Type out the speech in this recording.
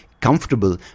comfortable